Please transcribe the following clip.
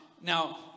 now